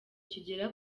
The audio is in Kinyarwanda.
kigera